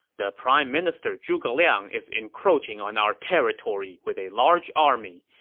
the prime minister zhuge liang is encroaching on our territory with a large army.